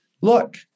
look